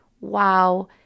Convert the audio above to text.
Wow